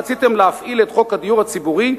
רציתם להפעיל את חוק הדיור הציבורי,